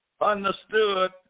Understood